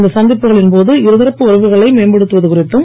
இந்த சந்திப்புகளின் போது இருதரப்பு உறவுகளை மேம்படுத்துவது குறித்தும்